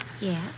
Yes